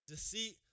Deceit